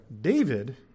David